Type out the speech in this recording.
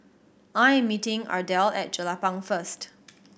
I am meeting Ardelle at Jelapang first